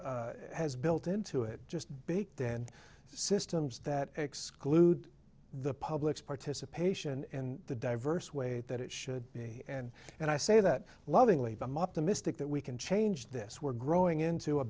is has built into it just big then systems that exclude the public's participation in the diverse way that it should be and and i say that lovingly them optimistic that we can change this we're growing into a